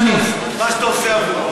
מה שאתה עושה עבורו.